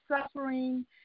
suffering